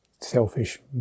selfish